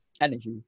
energy